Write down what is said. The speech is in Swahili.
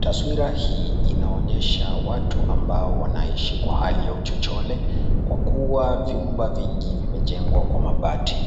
taswira hii inaonyesha watu ambao wanaishi kwa hali ya uchochole kwa kuwa vyumba vingi vimejengwa kwa mabati.